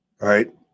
right